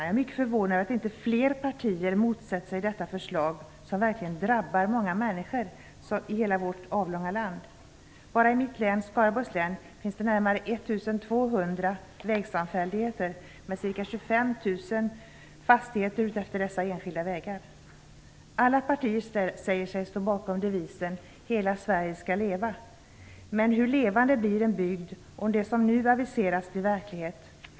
Jag är mycket förvånad över att inte fler partier motsätter sig detta förslag som verkligen drabbar många människor i hela vårt avlånga land. Bara i mitt län, Skaraborgs län, finns det närmare Alla partier säger sig stå bakom devisen Hela Sverige ska leva. Men hur levande blir en bygd, om det som nu aviseras blir verklighet?